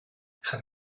have